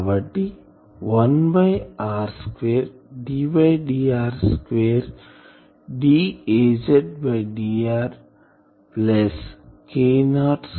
కాబట్టి 1r2ddrr2dAzdr Az Ko2Az0